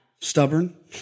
stubborn